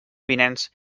vinents